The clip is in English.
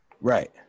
right